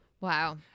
wow